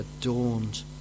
adorned